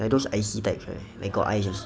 like those icy type right like got ice